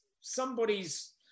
somebody's